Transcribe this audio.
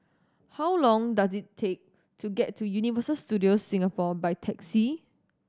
how long does it take to get to Universal Studios Singapore by taxi